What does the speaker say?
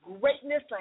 greatness